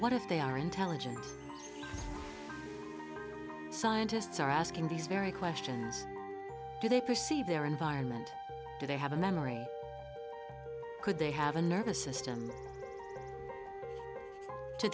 what if they are intelligent scientists are asking these very questions do they perceive their environment do they have a memory could they have a nervous system to